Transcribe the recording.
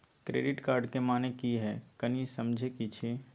Credit card के माने की हैं, कनी समझे कि छि?